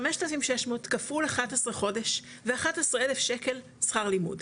5,600 כפול 11 חודש ו-11 אלף שקל שכר לימוד,